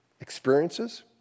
experiences